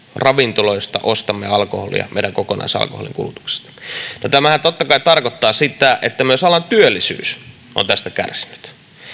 ravintoloista ostamme alkoholia meidän kokonaisalkoholinkulutuksesta no tämähän totta kai tarkoittaa sitä että myös alan työllisyys on tästä kärsinyt